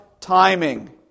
timing